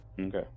Okay